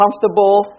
comfortable